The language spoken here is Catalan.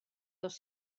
dos